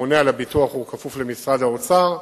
הממונה על הביטוח כפוף למשרד האוצר,